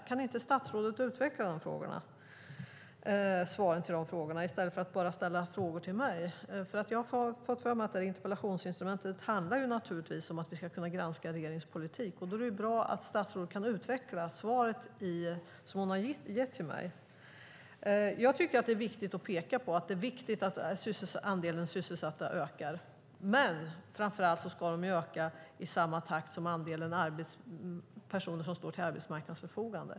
Kan statsrådet utveckla svaren på de frågorna i stället för att bara ställa frågor till mig? Interpellationsinstrumentet handlar naturligtvis om att vi ska kunna granska regeringens politik, och då är det bra om statsrådet kan utveckla svaret som hon har gett till mig. Jag tycker att det är viktigt att peka på vikten av att andelen sysselsatta ökar, men framför allt ska den öka i samma takt som andelen personer som står till arbetsmarknadens förfogande.